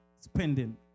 spending